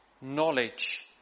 knowledge